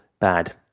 bad